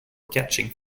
catching